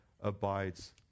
abides